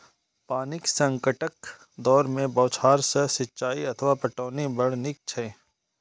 पानिक संकटक दौर मे बौछार सं सिंचाइ अथवा पटौनी बड़ नीक छै